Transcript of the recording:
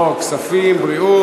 או, כספים, בריאות.